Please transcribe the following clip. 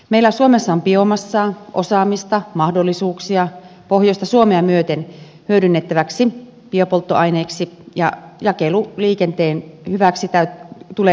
meillä suomessa on biomassaa osaamista ja mahdollisuuksia pohjoista suomea myöten hyödynnettäväksi biopolttoaineeksi ja jakeluliikenteen hyväksi tulee edistää